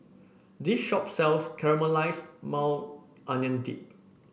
this shop sells Caramelized Maui Onion Dip